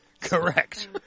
Correct